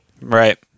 Right